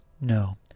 No